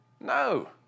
No